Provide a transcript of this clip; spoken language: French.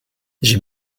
j’ai